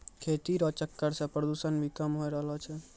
खेती रो चक्कर से प्रदूषण भी कम होय रहलो छै